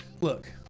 look